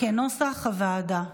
כנוסח הוועדה.